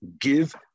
give